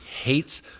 hates